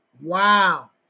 Wow